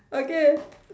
okay